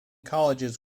colleges